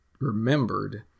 remembered